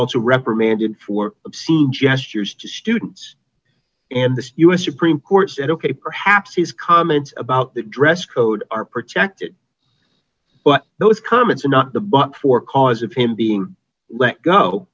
also reprimanded for obscene gestures to students and the u s supreme court said ok perhaps his comments about the dress code are protected but those comments are not the but for cause of him being let go